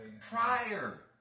Prior